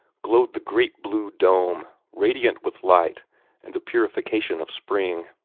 glowed the great blue dome, radiant with light and the purification of spring.